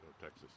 Texas